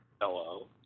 Hello